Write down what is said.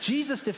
Jesus